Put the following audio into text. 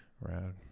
rad